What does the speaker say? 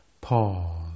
pause